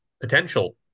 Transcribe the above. potential